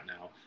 now